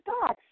God